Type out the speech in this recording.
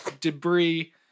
debris